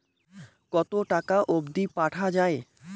কতো টাকা অবধি পাঠা য়ায়?